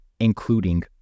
including